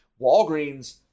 Walgreens